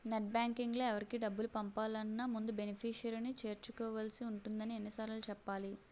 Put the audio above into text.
net బాంకింగ్లో ఎవరికి డబ్బులు పంపాలన్నా ముందు బెనిఫిషరీని చేర్చుకోవాల్సి ఉంటుందని ఎన్ని సార్లు చెప్పాలి